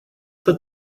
put